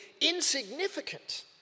insignificant